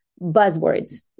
buzzwords